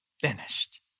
finished